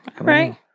Right